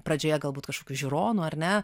pradžioje galbūt kažkokių žiūronų ar ne